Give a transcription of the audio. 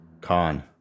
khan